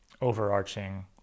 overarching